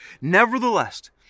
Nevertheless